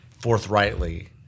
forthrightly